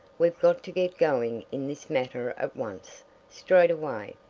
we've got to get going in this matter at once straight away!